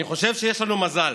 אני חושב שיש לנו מזל.